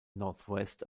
northwest